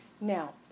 Now